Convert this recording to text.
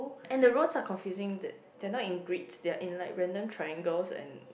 and the roads are confusing they're not in grids they're in like random triangles and